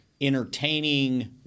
entertaining